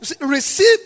receive